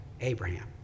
Abraham